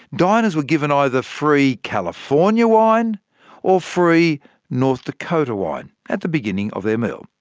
diners were given either free california wine or free north dakota wine at the beginning of their meal.